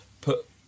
put